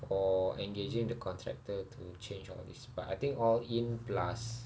for engaging the contractor to change all this but I think all in plus